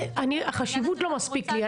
החשיבות לא מספיק לי.